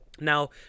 Now